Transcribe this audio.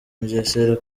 mugesera